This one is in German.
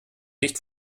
nicht